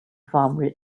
farm